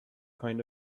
kind